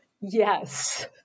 Yes